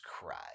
cry